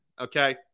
Okay